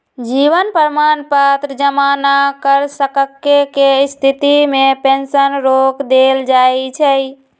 जीवन प्रमाण पत्र जमा न कर सक्केँ के स्थिति में पेंशन रोक देल जाइ छइ